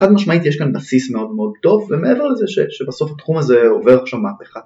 חד משמעית יש כאן בסיס מאוד מאוד טוב ומעבר לזה שבסוף התחום הזה עובר עכשיו מהפכה